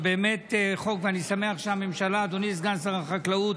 אני שמח שהממשלה, אדוני סגן שר החקלאות,